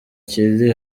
kiri